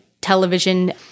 television